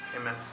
amen